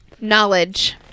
Knowledge